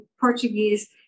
Portuguese